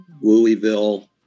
Louisville